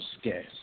scarce